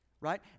right